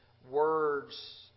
Words